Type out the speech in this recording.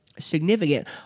significant